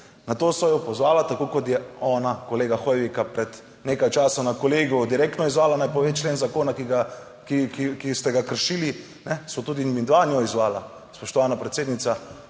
Nato sva jo pozvala, tako kot je ona kolega Hoivika pred nekaj časa na kolegiju direktno izzvala, naj pove člen zakona, ki ste ga kršili, sva tudi midva njo izzvala: Spoštovana predsednica,